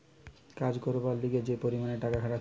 কাজ করবার লিগে যে পরিমাণে টাকা রাখতিছে